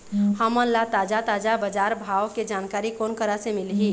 हमन ला ताजा ताजा बजार भाव के जानकारी कोन करा से मिलही?